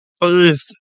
Please